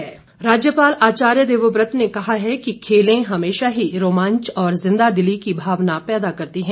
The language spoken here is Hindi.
राज्यपाल राज्यपाल आचार्य देवव्रत ने कहा है कि खेलें हमेशा ही रोमांच और जिन्दादिली की भावना पैदा करती है